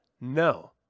No